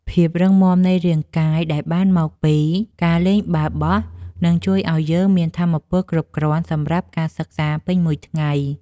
ភាពរឹងមាំនៃរាងកាយដែលបានមកពីការលេងបាល់បោះនឹងជួយឱ្យយើងមានថាមពលគ្រប់គ្រាន់សម្រាប់ការសិក្សាពេញមួយថ្ងៃ។